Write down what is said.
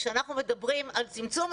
כשאנחנו מדברים על צמצום,